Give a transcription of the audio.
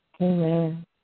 Amen